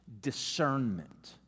discernment